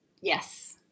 Yes